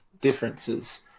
differences